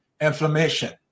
inflammation